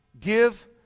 give